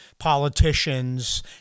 politicians